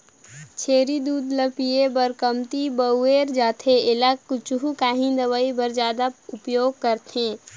छेरी दूद ल पिए बर कमती बउरे जाथे एला कुछु काही दवई बर जादा उपयोग करथे